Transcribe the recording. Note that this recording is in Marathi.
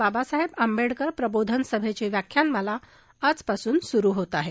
बाबासाहेब आंबेडकर प्रबोधन सभेची व्याख्यानमाला आजपासून सुरू होत आहे